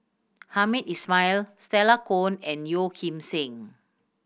Hamed Ismail Stella Kon and Yeo Kim Seng